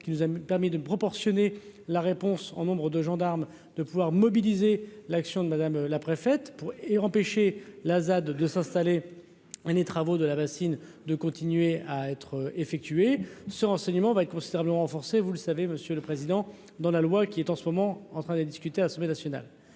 qui nous a permis de proportionner la réponse en nombre de gendarmes, de pouvoir mobiliser l'action de Madame la préfète et empêcher la ZAD de s'installer un des travaux de la bassine de continuer à être effectuer ce renseignement va considérablement renforcer, vous le savez, monsieur le président, dans la loi qui est en ce moment en train de discuter, Assemblée nationale,